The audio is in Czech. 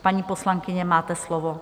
Paní poslankyně, máte slovo.